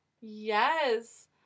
yes